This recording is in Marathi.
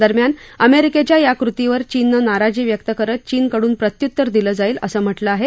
दरम्यान अमेरिकेच्या या कृतीवर चीननं नाराजी व्यक्त करत चीनकडून प्रत्युत्तर दिलं जाईल असं म्हटलं आहे